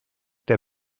der